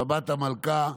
שבת המלכה.